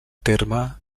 terme